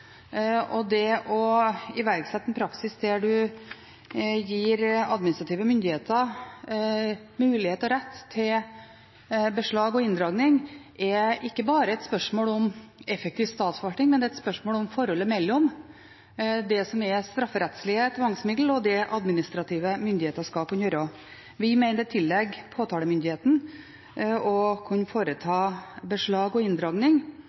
og det å iverksette en praksis der man gir administrative myndigheter mulighet og rett til beslag og inndragning, er ikke bare et spørsmål om effektiv statsforvaltning, men det er et spørsmål om forholdet mellom det som er strafferettslige tvangsmiddel, og det administrative myndigheter skal kunne gjøre. Vi mener det tilligger påtalemyndigheten å kunne foreta beslag og inndragning.